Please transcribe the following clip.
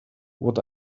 what